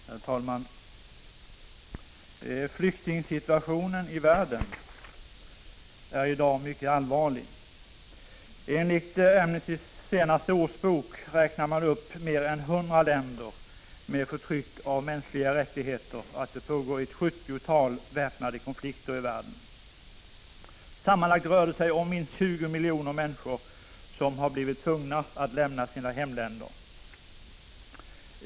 Herr talman! Flyktingsituationen i världen är i dag mycket allvarlig. I Amnestys senaste årsbok räknar man upp mer än 100 länder med förtryck av mänskliga rättigheter, och det pågår ett sjuttiotal väpnade konflikter i världen. Sammanlagt rör det sig om minst 20 miljoner människor som har blivit tvungna att lämna sina hemländer.